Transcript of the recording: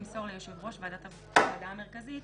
ימסור ליושב ראש הוועדה המרכזית,